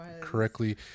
correctly